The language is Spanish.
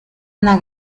una